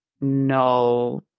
no